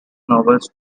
novels